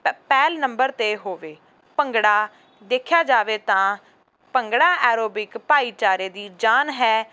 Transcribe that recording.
ਪ ਪਹਿਲ ਨੰਬਰ 'ਤੇ ਹੋਵੇ ਭੰਗੜਾ ਦੇਖਿਆ ਜਾਵੇ ਤਾਂ ਭੰਗੜਾ ਐਰੋਬਿਕ ਭਾਈਚਾਰੇ ਦੀ ਜਾਨ ਹੈ